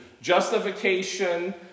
justification